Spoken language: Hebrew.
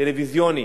טלוויזיוני,